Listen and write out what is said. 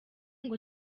ngo